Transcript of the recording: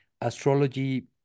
astrology